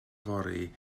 fory